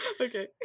okay